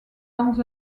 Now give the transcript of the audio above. dans